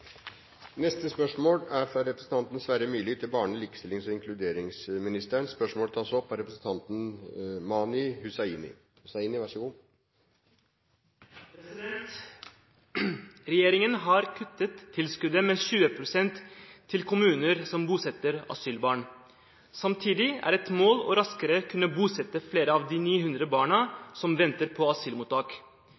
fra representanten Sverre Myrli til barne-, likestillings- og inkluderingsministeren, vil bli tatt opp av representanten Mani Hussaini. «Regjeringen har kuttet tilskuddet med 20 pst. til kommuner som bosetter asylbarn. Samtidig er det et mål å raskere kunne bosette flere av de over 900 barna